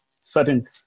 certain